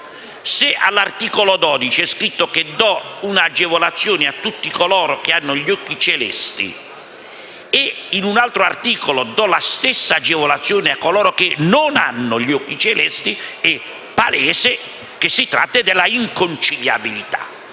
Se all'articolo 12 per esempio fosse scritto che si dà un'agevolazione a tutti coloro che hanno gli occhi celesti e in un altro articolo si desse la stessa agevolazione a coloro che non hanno gli occhi celesti sarebbe palese che si tratta di inconciliabilità.